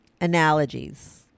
Analogies